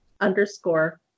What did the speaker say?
underscore